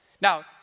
Now